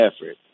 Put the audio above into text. effort